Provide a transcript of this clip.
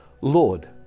Lord